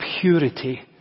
purity